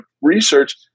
research